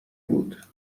بود